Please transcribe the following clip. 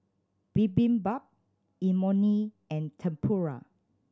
Bibimbap Imoni and Tempura